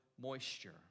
moisture